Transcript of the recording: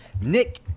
Nick